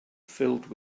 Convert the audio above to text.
filled